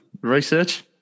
research